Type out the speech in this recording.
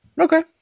Okay